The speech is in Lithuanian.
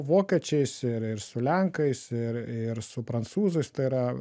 vokiečiais ir ir su lenkais ir ir su prancūzais tai yra